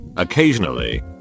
Occasionally